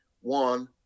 One